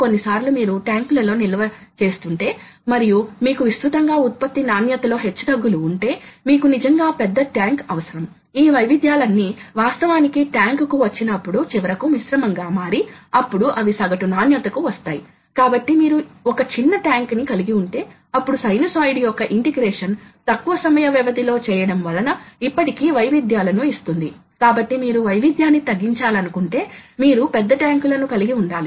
preparatory functions అని పిలువబడే కొన్ని ఫంక్షన్స్ ఉన్నాయి ఉదాహరణకు పొజిషనింగ్ సిస్టం అబ్సొల్యూట్ లేదా ఇంక్రిమెంటల్ అని నిర్ణయించడం మీకు తెలిసినదే విలువలు మెట్రిక్ లేదా అంగుళం లో ఇవ్వ బడతాయి కోఆర్డినేట్ సిస్టం మొదలైన వాటి మూలం ఎందుకు ఒక బ్లాక్ ను అమలు చేయడానికి ముందు కొన్ని ప్రిపరేటరీ ఫంక్షన్స్ అమలు చేయాలి